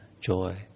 joy